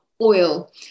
oil